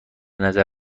نظر